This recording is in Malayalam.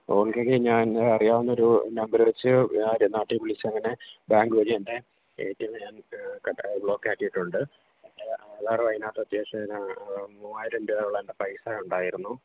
ഓൾറെഡി ഞാൻ അറിയാവുന്ന ഒരു നമ്പെര് വെച്ച് നാട്ടിൽ വിളിച്ച് അങ്ങനെ ബാങ്ക് വഴി എൻ്റെ എ ടി എം ഞാൻ ബ്ലോക്ക് ആക്കിയിട്ടുണ്ട് ആധാർ അതിനകത്ത് അത്യാവശ്യം മൂവായിരം രൂപയോളം എൻ്റെ പൈസ ഉണ്ടായിരുന്നു